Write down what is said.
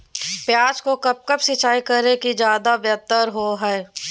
प्याज को कब कब सिंचाई करे कि ज्यादा व्यहतर हहो?